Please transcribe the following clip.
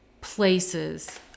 places